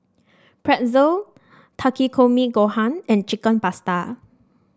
Pretzel Takikomi Gohan and Chicken Pasta